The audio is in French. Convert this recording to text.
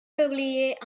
publiés